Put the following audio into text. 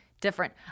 Different